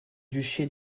duché